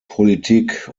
politik